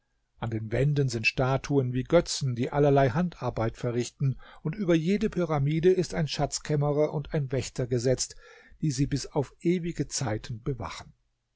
an den wänden sind statuen wie götzen die allerlei handarbeit verrichten und über jede pyramide ist ein schatzkämmerer und ein wächter gesetzt die sie bis auf ewige zeiten bewachen